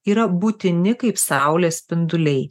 yra būtini kaip saulės spinduliai